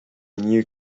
new